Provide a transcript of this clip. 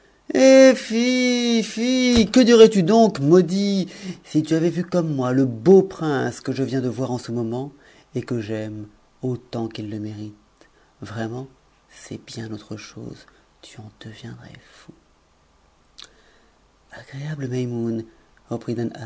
que dirais-tu donc maudit si tu avais vu comme moi le beau prino que je viens de voir en ce moment et que j'aime autant qu'il le mérite vraiment c'est bien autre chose tu en deviendrais fou